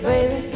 Baby